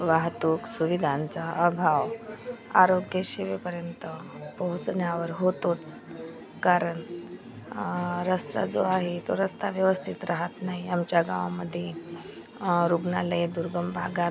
वाहतूक सुविधांचा अभाव आरोग्यसेवेपर्यंत पोहोचण्यावर होतोच कारण रस्ता जो आहे तो रस्ता व्यवस्थित रहात नाही आमच्या गावामध्ये रुग्णालये दुर्गम भागात